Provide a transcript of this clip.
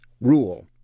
Rule